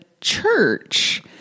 church